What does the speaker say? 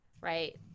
right